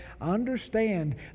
understand